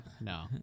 No